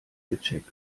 gecheckt